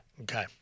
Okay